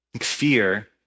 Fear